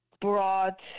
brought